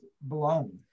blown